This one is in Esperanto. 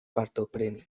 partopreni